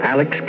Alex